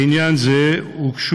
לעניין זה הוגשה